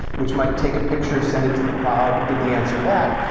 which might take a picture, send it to the cloud and get the answer back,